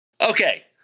Okay